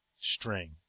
string